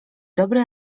dobre